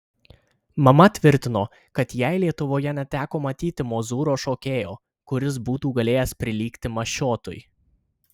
mama tvirtino kad jai lietuvoje neteko matyti mozūro šokėjo kuris būtų galėjęs prilygti mašiotui